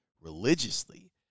religiously